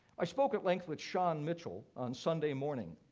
i spoke at length with shawn mitchell on sunday morning.